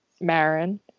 Marin